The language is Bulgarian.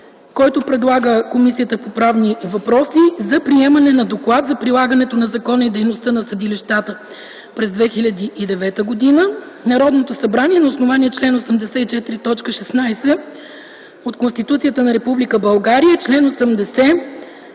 който предлага Комисията по правни въпроси за приемането на Доклад за прилагането на закона и дейността на съдилищата през 2009 г.: „Народното събрание на основание чл. 84, т. 16 от Конституцията на Република България и чл. 80,